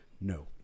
no